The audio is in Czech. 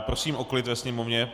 Prosím o klid ve sněmovně.